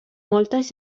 moltes